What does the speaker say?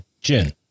Jin